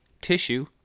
tissue